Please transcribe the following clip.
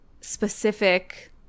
specific